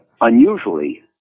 unusually